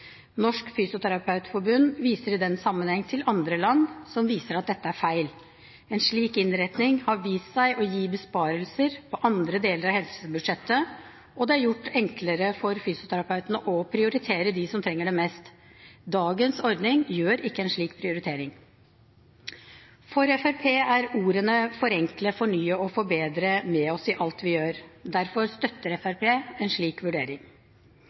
Norsk Fysioterapeutforbund viser i den sammenheng til andre land, som viser at dette er feil. En slik innretning har vist seg å gi besparelser på andre deler av helsebudsjettet, og det har gjort det enklere for fysioterapeutene å prioritere dem som trenger det mest. Med dagens ordning kan en slik prioritering ikke gjøres. For Fremskrittspartiet er ordene «forenkle», «fornye» og «forbedre» med oss i alt vi gjør. Derfor støtter Fremskrittspartiet en slik vurdering.